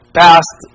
past